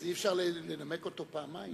אז אי-אפשר לנמק אותו פעמיים.